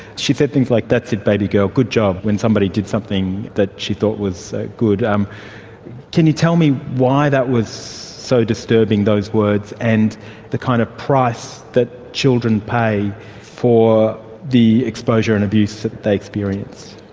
she said things like, that's it baby girl, good job when somebody did something that she thought was ah good. um can you tell me why that was so disturbing, those words, and the kind of price that children pay for the exposure and abuse that they experience?